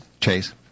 Chase